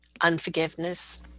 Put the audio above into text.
unforgiveness